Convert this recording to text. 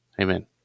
Amen